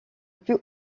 plus